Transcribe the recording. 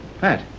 Pat